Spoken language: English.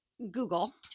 Google